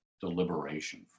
deliberation